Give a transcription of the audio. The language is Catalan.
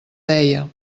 deia